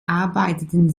arbeiteten